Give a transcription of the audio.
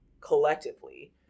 collectively